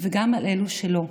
וגם על אלו שלא.